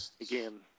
again